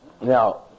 Now